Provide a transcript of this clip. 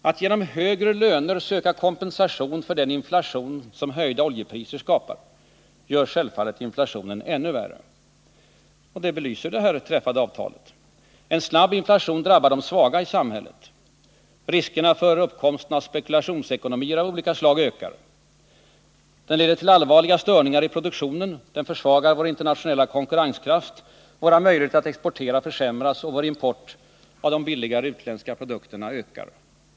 Att genom högre löner söka kompensation för den inflation höjda oljepriser skapar, gör självfallet inflationen ännu värre. Detta belyser det nyligen träffade avtalet. En snabb inflation drabbar de svaga i samhället. Riskerna för uppkomsten av ”spekulationsekonomier” av olika slag ökar. Den leder till allvarliga störningar inom produktionen. Den försvagar vår internationella konkurrenskraft. Våra möjligheter att exportera försämras, och vår import av de billigare utländska produkterna ökar.